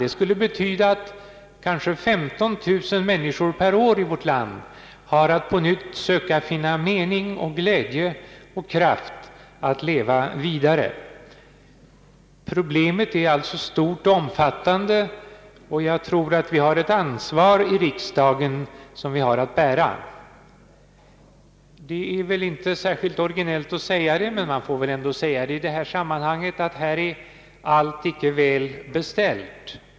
Det skulle betyda att kanske 15 0009 människor per år i vårt land har att på nytt söka mening och glädje och kraft att leva vidare. Problemet är alltså stort och omfattande, och jag tror att riksdagen har ett ansvar att bära. Det är väl inte särskilt originellt, men man får väl ändå säga det i detta sammanhang, att här är inte allt väl beställt.